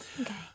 Okay